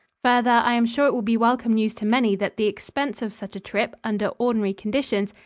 further, i am sure it will be welcome news to many that the expense of such a trip, under ordinary conditions,